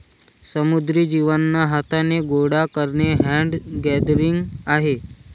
समुद्री जीवांना हाथाने गोडा करणे हैंड गैदरिंग आहे